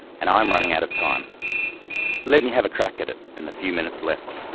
and i am running out of time. but let me have a crack at it in the few minutes left!